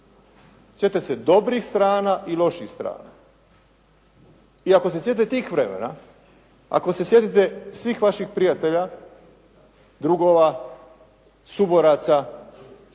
Sjete se dobrih strana i loših strana. I ako se sjete tih vremena, ako se sjetite svih vaših prijatelja, drugova, suboraca,